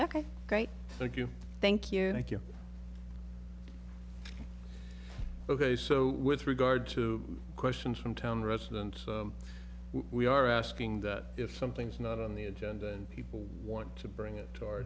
ok thank you thank you thank you ok so with regard to questions from town residents we are asking that if something's not on the agenda and people want to bring it to